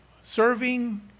serving